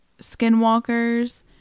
skinwalkers